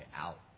out